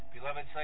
Beloved